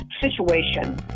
situation